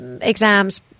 exams